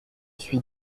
suis